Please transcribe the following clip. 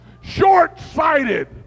Short-sighted